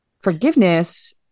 forgiveness